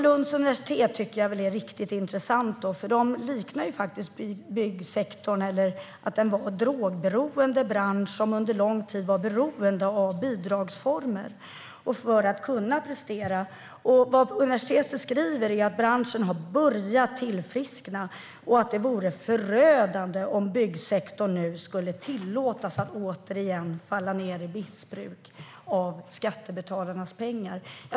Lunds universitet säger att byggbranschen likt en drogberoende länge var beroende av bidrag för att kunna prestera. Man skriver att branschen har börjat tillfriskna och att det vore förödande om byggsektorn skulle tillåtas att återigen falla ned i ett missbruk av skattebetalarnas pengar.